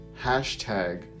Hashtag